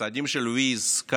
הצעדים של Wiz, Skai,